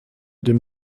den